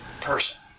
person